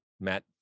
Matt